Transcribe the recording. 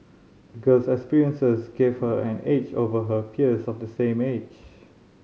the girl's experiences gave her an edge over her peers of the same age